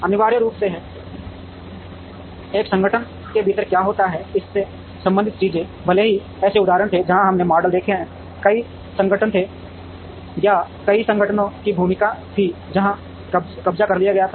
अनिवार्य रूप से एक संगठन के भीतर क्या होता है इससे संबंधित चीजें भले ही ऐसे उदाहरण थे जहां हमने मॉडल देखे हैं कई संगठन थे या कई संगठनों की भूमिका थी जहां कब्जा कर लिया गया था